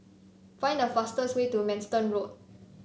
find the fastest way to Manston Road